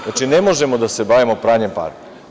Znači, ne možemo se bavimo pranjem para.